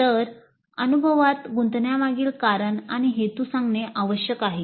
तर अनुभवात गुंतण्यामागील कारण आणि हेतू सांगणे आवश्यक आहे